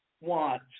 want